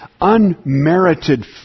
unmerited